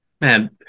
Man